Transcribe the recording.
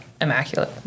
immaculate